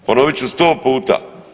Ponovit ću 100 puta.